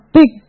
big